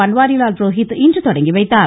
பன்வாரிலால் புரோஹித் இன்று தொடங்கி வைத்தார்